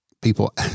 people